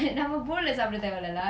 ask them for extra bowl lah I